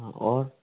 हाँ और